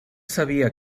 sabia